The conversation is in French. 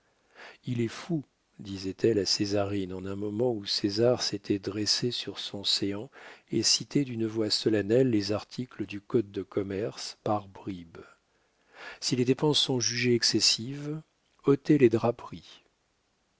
il est fou disait-elle à césarine en un moment où césar s'était dressé sur son séant et citait d'une voix solennelle les articles du code de commerce par bribes si les dépenses sont jugées excessives ôtez les draperies